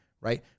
right